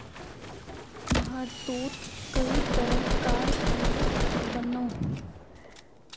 भारतोत कई तरह कार कीट बनोह